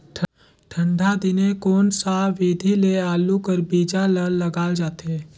ठंडा दिने कोन सा विधि ले आलू कर बीजा ल लगाल जाथे?